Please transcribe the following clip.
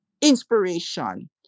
inspiration